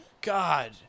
God